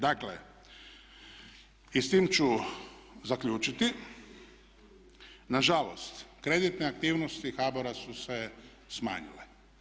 Dakle i s tim ću zaključiti, nažalost kreditne aktivnosti HBOR-a su se smanjile.